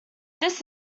this